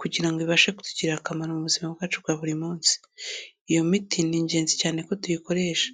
kugira ibashe kutugirira akamaro mu buzima bwacu bwa buri munsi. Iyo miti ni ingenzi cyane ko tuyikoresha.